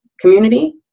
community